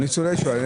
ניצולי השואה.